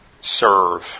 serve